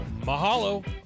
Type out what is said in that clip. Mahalo